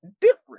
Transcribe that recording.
different